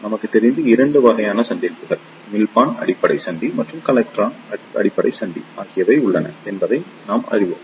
நமக்கு தெரிந்து 2 வகையான சந்திப்புகள் உமிழ்ப்பான் அடிப்படை சந்தி மற்றும் கலெக்டர் அடிப்படை சந்தி ஆகியவை உள்ளன என்பதை நாங்கள் அறிவோம்